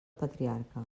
patriarca